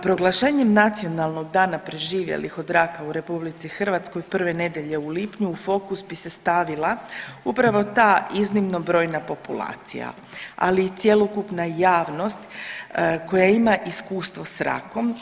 Proglašenjem nacionalnog dana preživjelih od raka u RH prve nedjelje u lipnju u fokus bi se stavila upravo ta iznimno brojna populacija, ali i cjelokupna javnost koja ima iskustvo s rakom.